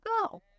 go